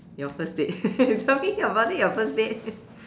your first date tell me about it your first date